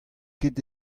ket